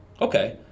Okay